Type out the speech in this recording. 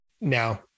Now